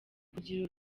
kugira